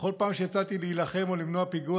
בכל פעם שיצאתי להילחם או למנוע פיגוע